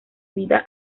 vida